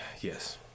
Yes